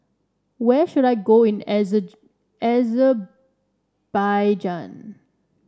where should I go in Azer Azerbaijan